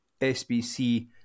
SBC